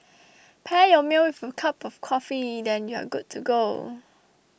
pair your meal with a cup of coffee then you're good to go